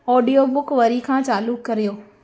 audio book वरी खां चालू करियो